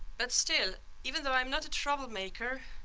but still, even though i'm not a troublemaker,